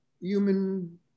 human